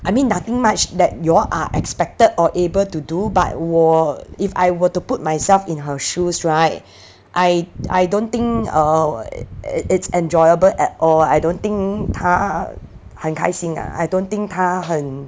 I mean nothing much that you all are expected or able to do but 我 if I were to put myself in her shoes [right] I I don't think err it's enjoyable at all I don't think 她很开心 ah I don't think 她很